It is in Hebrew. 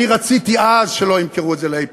רציתי אז שלא ימכרו את זה ל"אייפקס".